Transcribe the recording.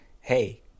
hey